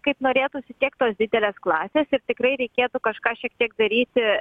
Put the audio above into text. kaip norėtųsi tiek tos didelės klasės ir tikrai reikėtų kažką šiek tiek daryti